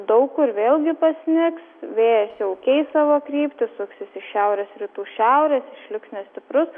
daug kur vėlgi pasnigs vėjas jau keis savo kryptį suksis iš šiaurės rytų šiaurės išliks nestiprus